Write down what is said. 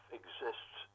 exists